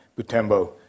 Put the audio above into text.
Butembo